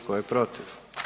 Tko je protiv?